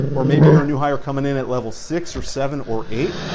or maybe you're a new hire coming in at level six, or seven or eight.